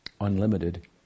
unlimited